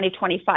2025